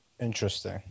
Interesting